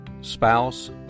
spouse